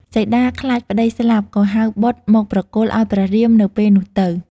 សីតាខ្លាចប្តីស្លាប់ ក៏ហៅបុត្រមកប្រគល់ឱ្យព្រះរាមនៅពេលនោះទៅ។